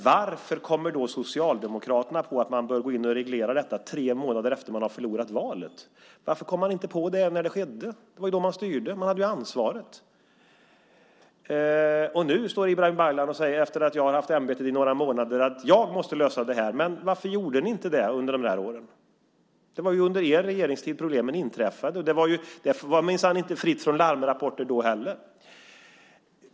Varför kommer då Socialdemokraterna på att man bör gå in och reglera detta tre månader efter det att man har förlorat valet? Varför kom man inte på det när det skedde? Det var ju då man styrde. Man hade ansvaret. Nu, när jag har haft ämbetet i några månader, säger Ibrahim Baylan att jag måste lösa detta. Varför gjorde ni inte det under de där åren? Det var ju under er regeringstid som problemen inträffade. Det var minsann inte fritt från larmrapporter då heller.